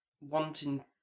wanting